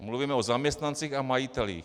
Mluvíme o zaměstnancích a majitelích.